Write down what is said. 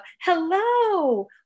hello